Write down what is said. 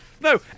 no